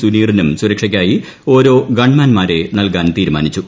സുനീറിനും സുരക്ഷയ്ക്കായി ഓരോ ഗൺമാന്മാരെ നൽകാൻ തീരുമാനിച്ചു